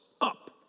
up